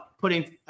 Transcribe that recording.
putting